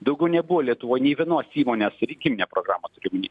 daugiau nebuvo lietuvoj nė vienos įmonės rinkiminę programą turiu omeny